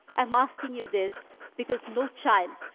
i'm asking you this because no child,